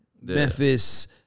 Memphis